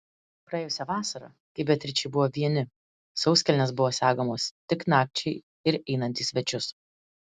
praėjusią vasarą kai beatričei buvo vieni sauskelnės buvo segamos tik nakčiai ir einant į svečius